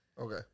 Okay